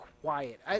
quiet